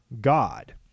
God